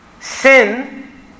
Sin